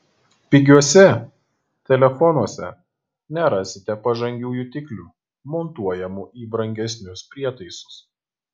pigiuose telefonuose nerasite pažangių jutiklių montuojamų į brangesnius prietaisus